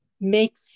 make